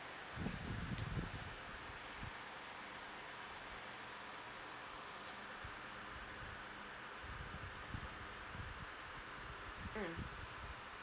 mm